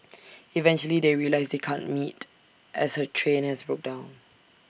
eventually they realise they can't meet as her train has broken down